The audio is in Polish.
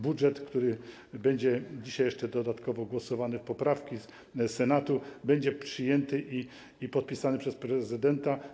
Budżet, nad którym będziemy dzisiaj jeszcze dodatkowo głosowali, nad poprawkami Senatu, będzie przyjęty i podpisany przez prezydenta.